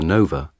Nova